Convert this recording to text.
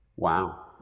Wow